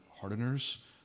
hardeners